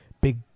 big